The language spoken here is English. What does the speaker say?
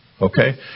okay